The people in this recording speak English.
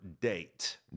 date